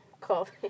called